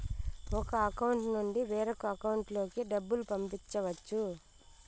ఒక అకౌంట్ నుండి వేరొక అకౌంట్ లోకి డబ్బులు పంపించవచ్చు